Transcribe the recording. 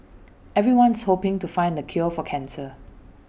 everyone's hoping to find the cure for cancer